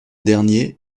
derniers